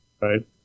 Right